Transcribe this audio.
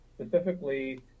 specifically